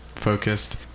focused